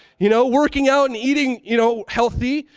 you know, working out and eating, you know, healthy,